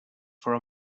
for